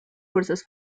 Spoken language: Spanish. fuerzas